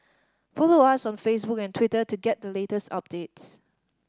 follow us on Facebook and Twitter to get the latest updates